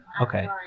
Okay